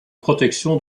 protection